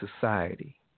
society